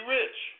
rich